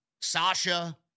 Sasha